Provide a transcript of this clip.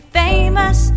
famous